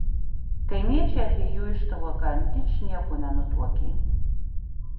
kaimiečiai apie jų ištuoką ničnieko nenutuokė